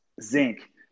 zinc